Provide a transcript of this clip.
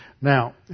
Now